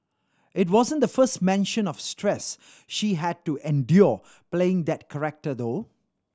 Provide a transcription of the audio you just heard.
it wasn't the first mention of stress she had to endure playing that character though